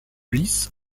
lisses